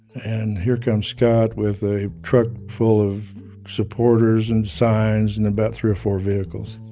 and here comes scott with a truck full of supporters and signs and about three or four vehicles,